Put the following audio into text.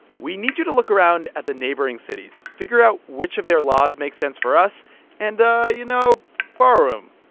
we need you to look around at the neighboring cities, figure out which of their laws make sense for us and, you know, borrow them.